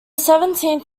seventeenth